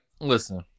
listen